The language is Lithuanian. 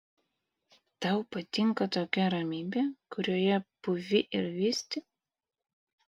tau patinka tokia ramybė kurioje pūvi ir vysti